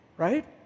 Right